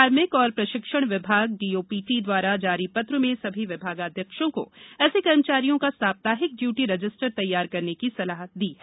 कार्मिक और प्रशिक्षण विभाग डीओपीटी द्वारा जारी पत्र में सभी विभागाध्यक्षों को ऐसे कर्मचारियों का साप्ताहिक ड्यूटी रजिस्टर तैयार करने की सलाह दी गई है